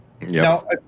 Now